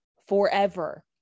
forever